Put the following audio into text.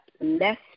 less